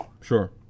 Sure